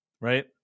right